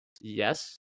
Yes